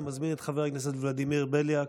אני מזמין את חבר הכנסת ולדימיר בליאק.